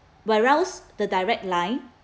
where else the direct line